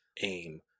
aim